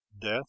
death